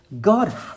God